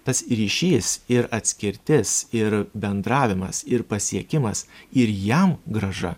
tas ryšys ir atskirtis ir bendravimas ir pasiekimas ir jam grąža